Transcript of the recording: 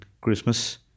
Christmas